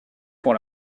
pour